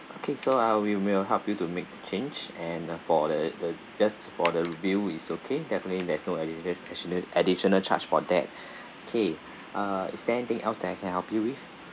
okay so uh we will help you to make change and uh for the the just for the view is okay definitely there's no additio~ addition~ additional charge for that okay uh is there anything else that I can help you with